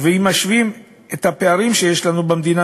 אם משווים את הפערים שיש לנו במדינה,